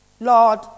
Lord